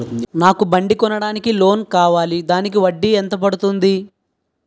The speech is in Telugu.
నాకు బండి కొనడానికి లోన్ కావాలిదానికి వడ్డీ ఎంత పడుతుంది?